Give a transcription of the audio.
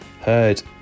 heard